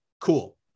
Cool